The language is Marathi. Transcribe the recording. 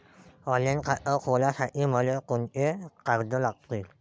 ऑनलाईन खातं खोलासाठी मले कोंते कागद लागतील?